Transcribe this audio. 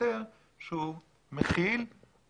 שוטר שהוא מכיל את המפגין,